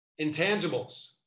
Intangibles